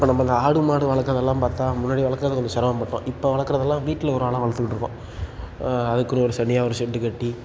இப்போ நம்ம இந்த ஆடு மாடு வளக்கிறது எல்லாம் பார்த்தா முன்னாடி வளக்குறதுல கொஞ்சம் சிரமம் பட்டோம் இப்போ வளர்க்குறதுலாம் வீட்டில் ஒரு ஆளாக வளர்த்துக்கிட்டு இருக்கோம் அதுக்குன்னு ஒரு தனியாக ஒரு ஷெட்டு கட்டி